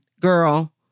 girl